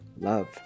love